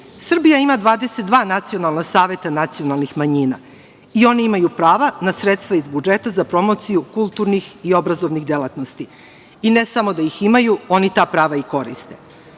Srbija ima 22 nacionalna saveta nacionalnih manjina i oni imaju prava na sredstva iz budžeta za promociju kulturnih i obrazovnih delatnosti. I ne samo da ih imaju, oni ta prava i